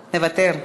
מוותר,